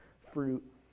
fruit